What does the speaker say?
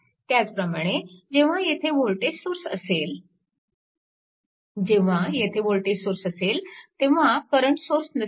त्याचप्रमाणे जेव्हा येथे वोल्टेज सोर्स असेल जेव्हा येथे वोल्टेज सोर्स असेल तेव्हा करंट सोर्स नसेल